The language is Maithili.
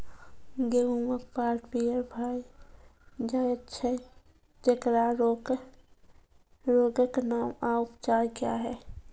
गेहूँमक पात पीअर भअ जायत छै, तेकरा रोगऽक नाम आ उपचार क्या है?